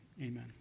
amen